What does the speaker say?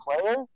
player